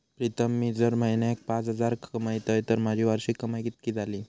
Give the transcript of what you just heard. प्रीतम मी जर म्हयन्याक पाच हजार कमयतय तर माझी वार्षिक कमाय कितकी जाली?